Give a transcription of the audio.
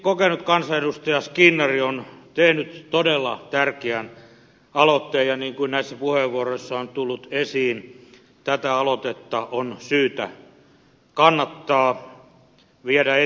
kokenut kansanedustaja skinnari on tehnyt todella tärkeän aloitteen ja niin kuin näissä puheenvuoroissa on tullut esiin tätä aloitetta on syytä kannattaa viedä eteenpäin